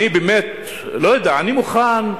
אני באמת, לא יודע, אני מוכן,